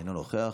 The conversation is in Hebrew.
אינו נוכח.